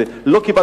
השנה שהחוק נחקק.